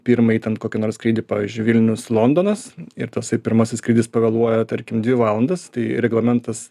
pirmąjį ten kokį nors skrydį pavyzdžiui vilnius londonas ir tasai pirmasis skrydis pavėluoja tarkim dvi valandas tai reglamentas